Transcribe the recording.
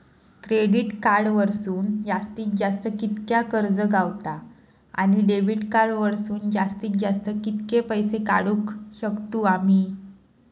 Credit card वरसून जास्तीत जास्त कितक्या कर्ज गावता, आणि डेबिट कार्ड वरसून जास्तीत जास्त कितके पैसे काढुक शकतू आम्ही?